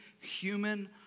human